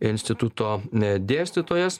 instituto dėstytojas